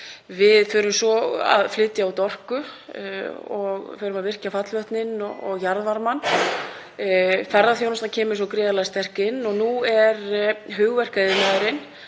Við förum svo að flytja út orku og förum að virkja fallvötnin og jarðvarmann. Ferðaþjónustan kemur svo gríðarlega sterk inn og nú falla hugverkaiðnaðurinn